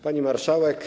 Pani Marszałek!